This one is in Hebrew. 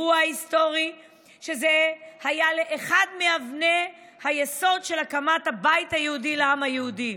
אירוע היסטורי זה היה לאחת מאבני היסוד של הקמת הבית היהודי לעם היהודי.